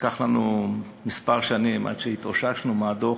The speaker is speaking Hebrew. לקח לנו כמה שנים עד שהתאוששנו מהדוח